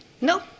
No